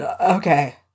Okay